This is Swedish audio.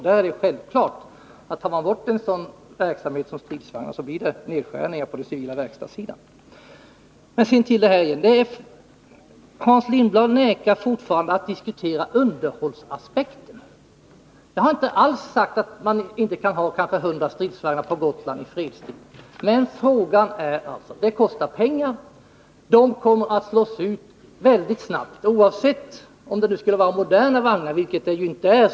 Det är självklart att det, om man tar bort en sådan verksamhet som stridsvagnarna, blir nedskärningar på den civila verkstadssidan. Hans Lindblad vägrar fortfarande att diskutera underhållsaspekten. Jag har inte alls sagt att man inte i fredstid kan ha kanske 100 stridsvagnar på Gotland. Men det kostar pengar att ha dem, och de kommer att slås ut mycket snabbt — oavsett om det vore moderna vagnar, vilket det inte är.